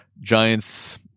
Giants